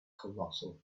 colossal